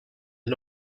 are